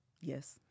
Yes